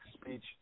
speech